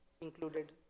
included